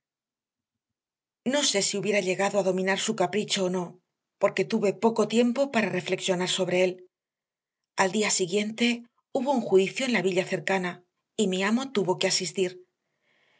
no sé si hubiera llegado a dominar su capricho o no porque tuve poco tiempo para reflexionar sobre él al día siguiente hubo un juicio en la villa cercana y mi amo tuvo que asistir